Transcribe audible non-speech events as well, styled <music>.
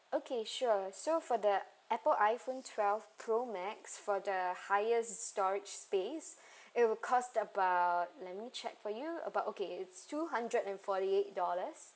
okay sure so for that Apple iPhone twelve pro max for the highest storage space <breath> it will cost about let me check for you about okay it's two hundred and forty eight dollars